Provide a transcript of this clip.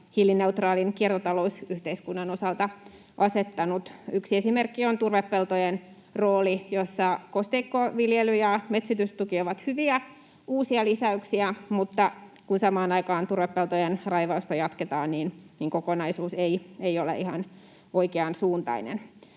hiilineutraalin kiertotalousyhteiskunnan osalta asettanut. Yksi esimerkki on turvepeltojen rooli, jossa kosteikkoviljely ja metsitystuki ovat hyviä uusia lisäyksiä, mutta kun samaan aikaan turvepeltojen raivausta jatketaan, niin kokonaisuus ei ole ihan oikean suuntainen.